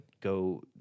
go